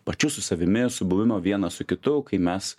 pačiu savimi subuvimo vienas su kitu kai mes